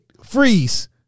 freeze